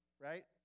right